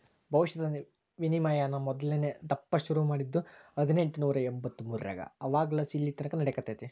ಭವಿಷ್ಯದ ವಿನಿಮಯಾನ ಮೊದಲ್ನೇ ದಪ್ಪ ಶುರು ಮಾಡಿದ್ದು ಹದಿನೆಂಟುನೂರ ಎಂಬಂತ್ತು ಮೂರರಾಗ ಅವಾಗಲಾಸಿ ಇಲ್ಲೆತಕನ ನಡೆಕತ್ತೆತೆ